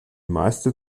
meiste